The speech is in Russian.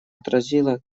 отразила